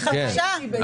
היא חדשה.